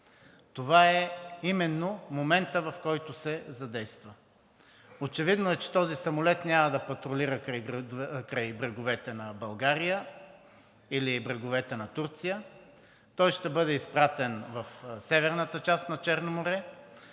това е именно моментът, в който се задейства. Очевидно е, че този самолет няма да патрулира край бреговете на България или бреговете на Турция. Той ще бъде изпратен в северната част на Черно море.